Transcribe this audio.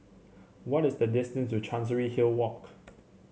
what is the distance to Chancery Hill Walk